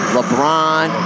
LeBron